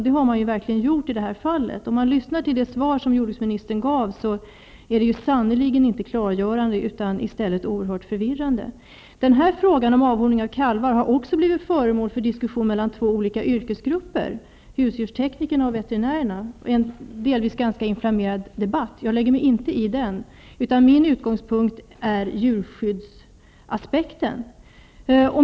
Det har man också verkligen gjort i det här fallet. Det svar som jordbruksminins tern gav är sannerligen inte klargörande, utan i stället oerhört förvirrande. Frågan om avhorning av kalvar har också blivit föremål för en delvis ganska inflammerad debatt mellan två yrkesgrupper, djurskyddsteknikerna och ve terinärerna. Jag lägger mig inte i den, utan min utgångspunkt är djurskydds aspekten.